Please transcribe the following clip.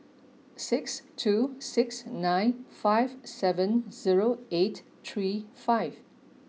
six two six nine five seven zero eight three five